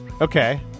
Okay